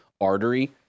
artery